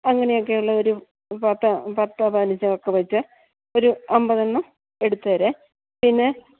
അങ്ങനെയൊക്കെയുള്ള ഒരു പത്തോ പത്തോ പതിനഞ്ചോ പറ്റിയ ഒരു അമ്പത് എണ്ണം എടുത്തേരെ പിന്നെ